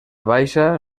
baixa